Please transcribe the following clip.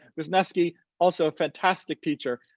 wisnesky, also a fantastic teacher,